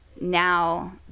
now